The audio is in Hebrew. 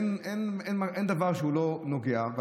אין דבר שהוא לא נוגע בו.